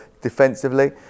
defensively